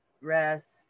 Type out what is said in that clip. Rest